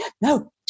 no